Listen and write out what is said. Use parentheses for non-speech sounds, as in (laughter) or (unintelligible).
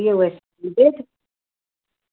इसका चार्जर (unintelligible)